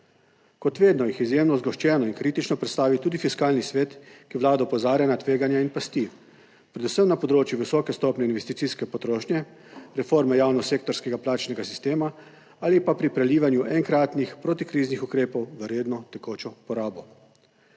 Kot vedno jih je izjemno zgoščeno in kritično predstavil tudi Fiskalni svet, ki Vlado opozarja na tveganja in pasti predvsem na področju visoke stopnje investicijske potrošnje, reforme javnosektorskega plačnega sistema ali pa pri prelivanju enkratnih protikriznih ukrepov v redno tekočo porabo.